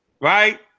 right